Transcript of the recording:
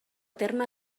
terme